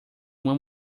uma